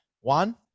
one